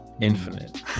infinite